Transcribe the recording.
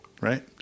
right